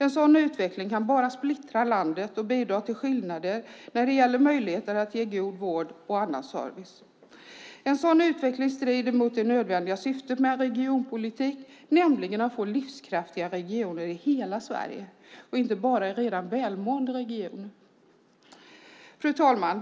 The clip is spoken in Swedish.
En sådan utveckling kan bara splittra landet och bidra till skillnader när det gäller möjligheter att ge god vård och annan service. En sådan utveckling strider mot det nödvändiga syftet med regionpolitik, nämligen att få livskraftiga regioner i hela Sverige och inte bara i redan välmående regioner. Fru talman!